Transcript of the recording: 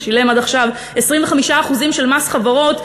שילם עד עכשיו 25% מס חברות,